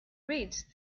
reached